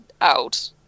out